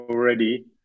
Already